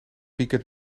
weekend